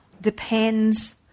depends